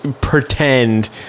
pretend